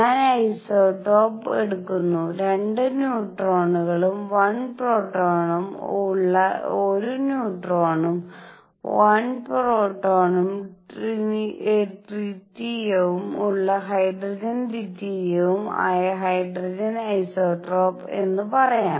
ഞാൻ ഐസോടോപ്പ് എടുക്കുന്നു 2 ന്യൂട്രോണുകളും 1 പ്രോട്ടോണുകളും ഉള്ള 1 ന്യൂട്രോണും 1 പ്രോട്ടോൺ ട്രിറ്റിയവും ഉള്ള ഹൈഡ്രജൻ ഡ്യൂറ്റീരിയം ആയ ഹൈഡ്രജന്റെ ഐസോടോപ്പ് എന്ന് പറയാം